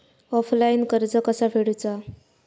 Offline कर्ज कसा फेडूचा?